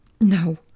No